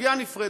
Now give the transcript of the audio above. סוגיה נפרדת.